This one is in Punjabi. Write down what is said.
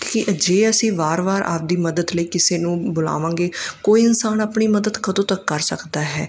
ਕਿ ਜੇ ਅਸੀਂ ਵਾਰ ਵਾਰ ਆਪਣੀ ਮਦਦ ਲਈ ਕਿਸੇ ਨੂੰ ਬੁਲਾਵਾਂਗੇ ਕੋਈ ਇਨਸਾਨ ਆਪਣੀ ਮਦਦ ਕਦੋਂ ਤੱਕ ਕਰ ਸਕਦਾ ਹੈ